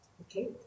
okay